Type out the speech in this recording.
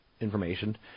information